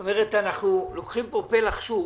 זאת אומרת, אנחנו לוקחים פה פלח שוק